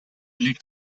liegt